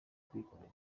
kwikorera